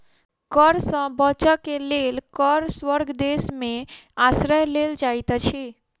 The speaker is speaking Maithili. कर सॅ बचअ के लेल कर स्वर्ग देश में आश्रय लेल जाइत अछि